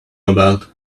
about